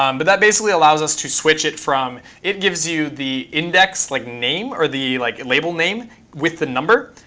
um but that basically allows us to switch it from it gives you the index like name or the like label name with the number,